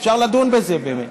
אפשר לדון בזה באמת.